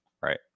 Right